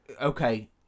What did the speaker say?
okay